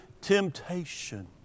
temptation